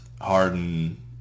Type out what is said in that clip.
Harden